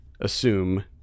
assume